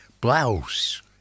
Blouse